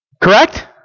Correct